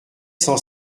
sans